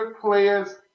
players